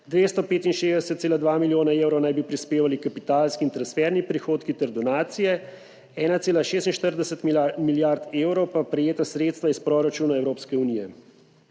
265,2 milijona evrov naj bi prispevali kapitalski in transferni prihodki ter donacije, 1,46 milijard evrov pa prejeta sredstva iz proračuna Evropske unije.